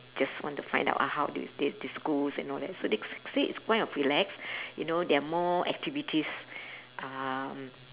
just want to find out uh how th~ th~ the schools and all that so they s~ said it's kind of relax you know there are more activities um